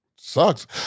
sucks